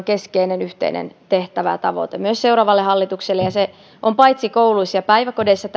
keskeinen yhteinen tehtävä tavoite myös seuraavalle hallitukselle se on tärkeä asia paitsi kouluissa ja päiväkodeissa